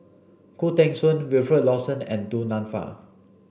Khoo Teng Soon Wilfed Lawson and Du Nanfa